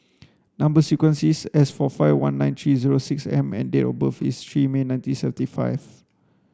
number sequence is S four five one nine three zero six M and date of birth is three May nineteen seventy five